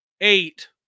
eight